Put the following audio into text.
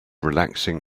relaxing